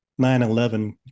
9-11